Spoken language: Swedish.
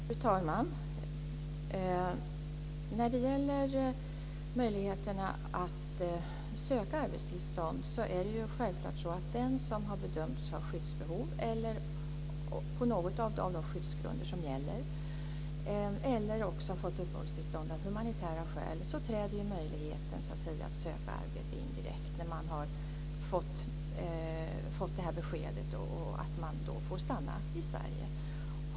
Fru talman! När det gäller möjligheterna att söka arbetstillstånd är det självklart så att för den som har bedömts ha skyddsbehov, som uppfyller något av de skyddsgrunder som gäller eller som har fått uppehållstillstånd av humanitära skäl träder ju möjligheten att söka arbete in direkt när man har fått besked om att man får stanna i Sverige.